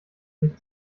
sich